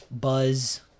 Buzz